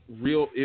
Real